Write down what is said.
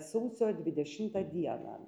sausio dvidešimtą dieną